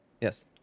Yes